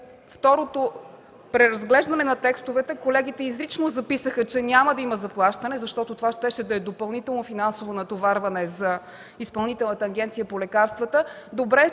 второто преразглеждане на текстовете колегите изрично записаха, че няма да има заплащане, защото това щеше да е допълнително финансово натоварване за Изпълнителната агенция по лекарствата. Добре е,